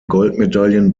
goldmedaillen